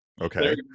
okay